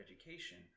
education